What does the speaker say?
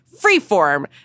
freeform